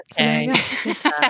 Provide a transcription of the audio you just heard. Okay